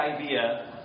idea